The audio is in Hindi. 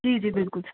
जी जी बिल्कुल